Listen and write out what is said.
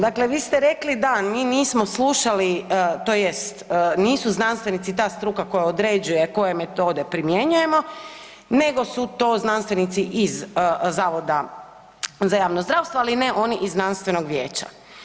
Dakle, vi ste rekli da mi nismo slušali tj. nisu znanstvenici ta struka koja određuje koje metode primjenjujemo, nego su to znanstvenici iz Zavoda za javno zdravstvo, ali ne oni iz Znanstvenog vijeća.